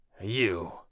You